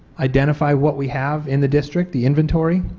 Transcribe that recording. identify what we have in the district. the inventory.